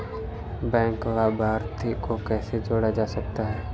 Bank लाभार्थी को कैसे जोड़ा जा सकता है?